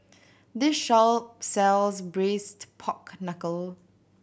this shop sells Braised Pork Knuckle